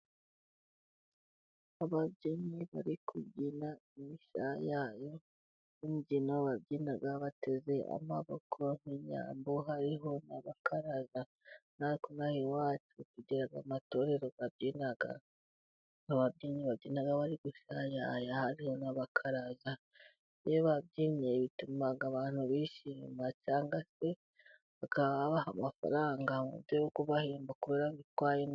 Ababyinnyi bari kubyina imishayayo, imbyino babyina bateze amaboko nk'inyambo hariho n'abakaraza, natwe inaha iwacu tugira amatorero abyina, ababyinnyi babyina bari gushayaya hari n'abakaraza, iyo babyinnye bituma abantu bishima cyangwa se bakabaha amafaranga mu buryo bwo kubahemba kubera bitwaye neza.